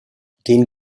den